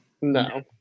No